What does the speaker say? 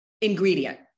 ingredient